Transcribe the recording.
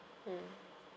mm